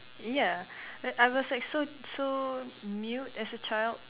ya I I was like so so mute as a child